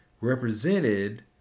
represented